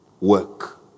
work